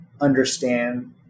understand